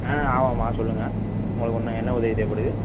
ஆ ஆமாம்மா சொல்லுங்கள் உங்களுக்கு இன்னும் என்ன உதவி தேவைப்படுது